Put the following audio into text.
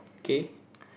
okay